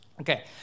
Okay